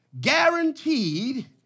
guaranteed